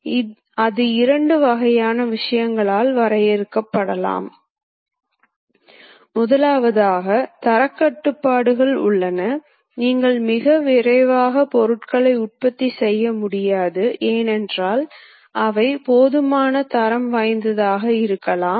ஆனால் அது ஒரு அதிகரிக்கும் அமைப்பாக இருந்தால் அதன் வடிவியல் ஒருங்கிணைப்புகள் ஒன்றில் பிழை என்றால் பின்னர் அங்கே மற்ற வடிவியல் ஒருங்கிணைப்புகளும் பாதிக்கப்படுவதற்கான வாய்ப்புகள் அதிகம்